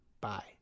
Bye